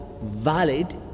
valid